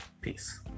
Peace